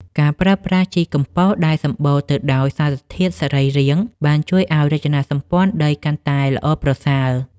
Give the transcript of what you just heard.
ការប្រើប្រាស់ជីកំប៉ុស្តដែលសម្បូរទៅដោយសារធាតុសរីរាង្គ បានជួយឱ្យរចនាសម្ព័ន្ធដីកាន់តែល្អប្រសើរ។